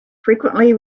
frequently